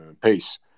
pace